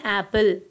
apple